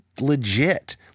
legit